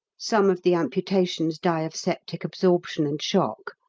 some of the amputations die of septic absorption and shock,